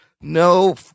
no